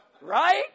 right